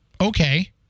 Okay